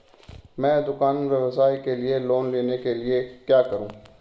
मैं दुकान व्यवसाय के लिए लोंन लेने के लिए क्या करूं?